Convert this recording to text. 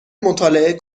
مطالعه